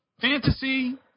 fantasy